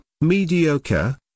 mediocre